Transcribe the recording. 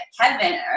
Kevin